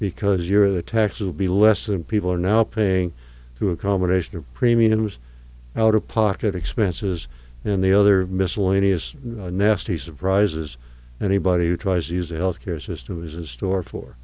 because you're the taxes would be less and people are now paying through a combination of premiums out of pocket expenses and the other miscellaneous nasty surprises anybody who tries is a health care system is a store for